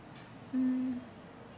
mm